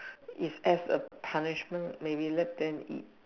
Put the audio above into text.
it's as a punishment maybe let them eat